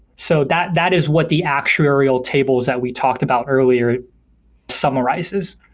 so that that is what the actuarial tables that we talked about earlier summarizes.